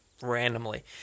randomly